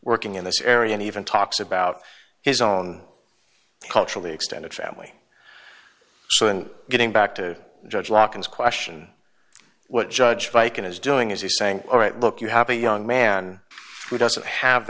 working in this area and even talks about his own culturally extended family so and getting back to judge locke is question what judge viken is doing is he's saying all right look you have a young man who doesn't have